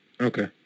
Okay